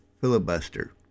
filibuster